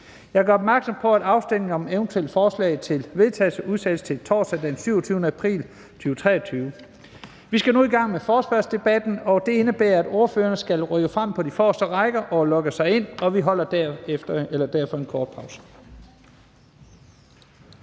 Jeg gør opmærksom på, at afstemning om eventuelle forslag til vedtagelse udsættes til torsdag den 27. april 2023. Vi skal nu i gang med forespørgselsdebatten, og det indebærer, at ordførerne skal rykke frem på de forreste rækker og logge sig ind, og vi holder derfor en kort pause.